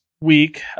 week